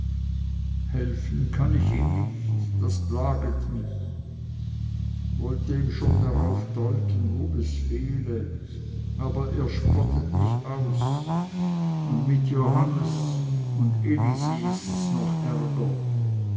helfen kann ich ihm nicht und das plaget mich wollte ihm schon drauf deuten wo es fehle aber er spottet mich aus und mit johannes und elisi ists noch ärger